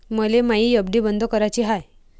मले मायी एफ.डी बंद कराची हाय